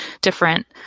different